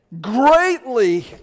Greatly